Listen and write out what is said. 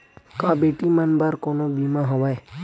का बेटी मन बर कोनो बीमा हवय?